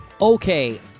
Okay